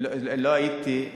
לא הייתי,